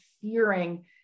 fearing